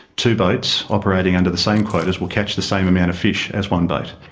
two boats operating under the same quotas will catch the same amount of fish as one boat.